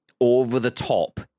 over-the-top